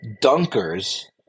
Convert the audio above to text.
dunkers